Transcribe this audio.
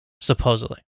Supposedly